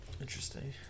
Interesting